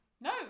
No